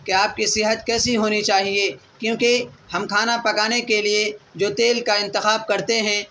کہ آپ کی صحت کیسی ہونی چاہیے کیونکہ ہم کھانا پکانے کے لیے جو تیل کا انتخاب کرتے ہیں